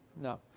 No